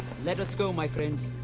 let us go my friends.